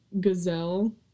Gazelle